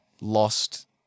lost